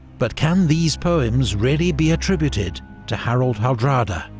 but can these poems really be attributed to harald hardrada?